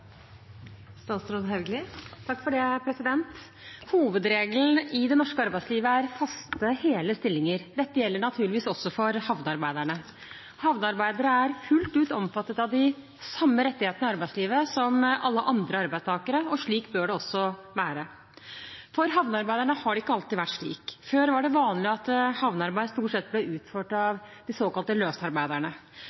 hele stillinger. Dette gjelder naturligvis også for havnearbeiderne. Havnearbeidere er fullt ut omfattet av de samme rettighetene i arbeidslivet som alle andre arbeidstakere. Slik bør det også være. For havnearbeiderne har det ikke alltid vært slik. Før var det vanlig at havnearbeid stort sett ble utført